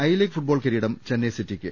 I League football കിരീടം ചെന്നൈ സിറ്റിക്ക്